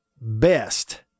best